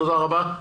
תודה רבה.